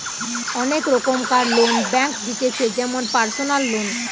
অনেক রোকমকার loan bank দিতেছে যেমন পারসনাল লোন